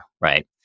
Right